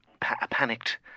panicked